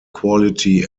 quality